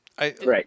Right